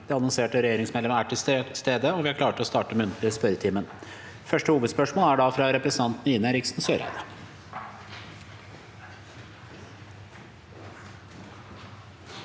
De annonserte regjeringsmedlemmene er til stede, og vi er klare til å starte den muntlige spørretimen. Første hovedspørsmål stilles av representanten Ine Eriksen Søreide.